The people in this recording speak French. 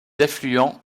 affluents